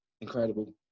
incredible